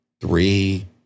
three